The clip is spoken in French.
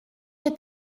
est